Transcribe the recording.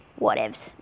whatevs